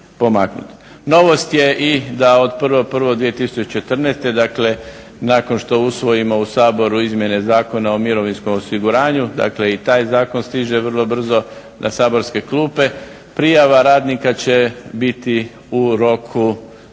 Novost je i da od 1.1.2014., dakle nakon što usvojimo u Saboru izmjene Zakona o mirovinskom osiguranju, dakle i taj zakon stiže vrlo brzo na saborske klupe, prijava radnika će biti u roku 24